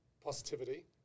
positivity